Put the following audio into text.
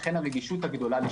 לכן הרגישות הגדולה.